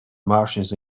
martians